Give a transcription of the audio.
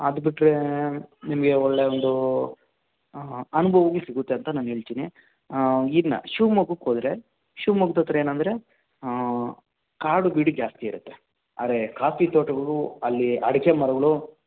ಅದು ಬಿಟ್ರೆ ನಿಮಗೆ ಒಳ್ಳೆಯ ಒಂದು ಅನುಭವವೂ ಸಿಗತ್ತೆ ಅಂತ ನಾನು ಹೇಳ್ತೀನಿ ಇನ್ನು ಶಿವಮೊಗ್ಗಕ್ಕೋದ್ರೆ ಶಿವಮೊಗ್ಗದತ್ರ ಏನಂದರೆ ಕಾಡು ಗೀಡು ಜಾಸ್ತಿ ಇರತ್ತೆ ಆದರೆ ಕಾಫಿ ತೋಟಗಳು ಅಲ್ಲಿ ಅಡಿಕೆ ಮರಗಳು